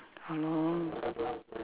!hannor!